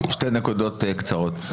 שתי נקודות קצרות.